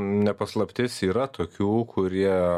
ne paslaptis yra tokių kurie